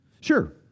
sure